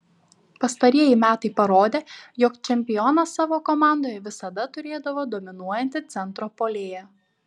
pastarieji metai parodė jog čempionas savo komandoje visada turėdavo dominuojantį centro puolėją